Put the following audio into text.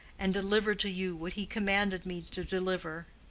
and deliver to you what he commanded me to deliver.